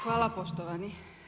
Hvala poštovani.